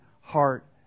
heart